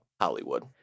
Hollywood